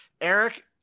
Eric